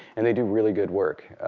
and they do really good work,